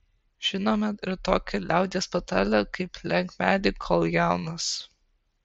žinome ir tokią liaudies patarlę kaip lenk medį kol jaunas